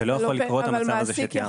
לא יכול לקרות המצב הזה שתיארת.